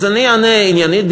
אז אני אענה עניינית.